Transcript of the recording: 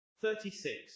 Thirty-six